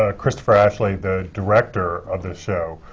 ah christopher ashley, the director of this show